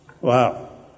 Wow